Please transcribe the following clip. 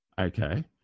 Okay